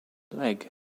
leg